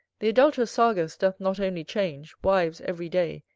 the adult'rous sargus doth not only change wives every day,